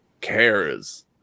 cares